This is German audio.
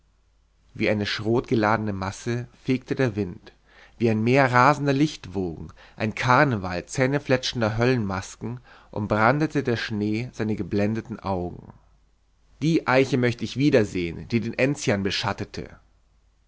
wie eine schrotgeladene masse fegte der wind wie ein meer rasender lichtwogen ein karneval zähnefletschender höllenmasken umbrandete der schnee seine geblendeten augen die eiche möcht ich wiedersehn die den enzian beschattete